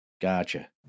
Gotcha